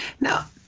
Now